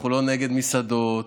אנחנו לא נגד מסעדות,